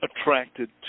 attracted